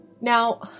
Now